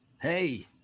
Hey